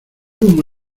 humo